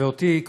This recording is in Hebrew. ואותי,